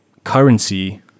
currency